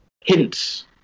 hints